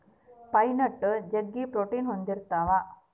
pine nut ಜಗ್ಗಿ protein ಹೊಂದಿರ್ತವ